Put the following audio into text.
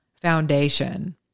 foundation